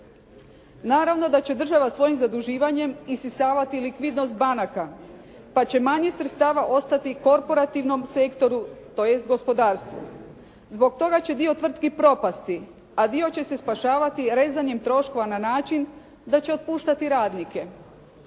Naravno da će država svojim zaduživanjem isisavati likvidnost banaka, pa će manje sredstava ostati korporativnom sektoru tj. gospodarstvu. Zbog toga će dio tvrtki propasti, a dio će se spašavati rezanjem troškova na način da će otpuštati radnike.